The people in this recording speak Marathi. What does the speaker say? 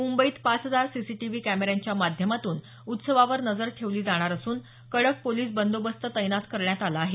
मुंबईत पाच हजार सीसीटीव्ही कॅमेऱ्यांच्या माध्यमातून उत्सवावर नजर ठेवली जाणार असून कडक पोलीस बंदोबस्त तैनात करण्यात आला आहे